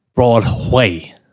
Broadway